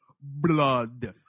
Blood